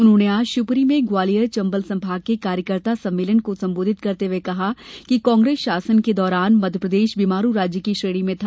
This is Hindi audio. उन्होंने आज शिवपुरी में ग्वालियर चंबल संभाग के कार्यकर्ता सम्मेलन को संबोधित करते हुये कहा कि कांग्रेस शासन के दौरान मध्यप्रदेश बीमारू राज्य की श्रेणी में था